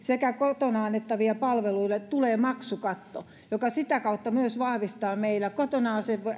ja kotona annettaville palveluille tulee maksukatto mikä myös vahvistaa meillä kotona